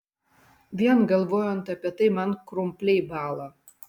vien galvojant apie tai man krumpliai bąla